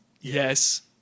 Yes